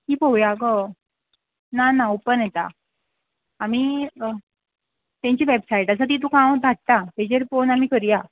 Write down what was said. ती पळोवया गो ना ना ओपन येता आमी तेंची वेबसायट आसा ती तुका हांव धाडटा तेजेर पोवन आमी करया